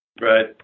Right